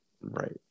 Right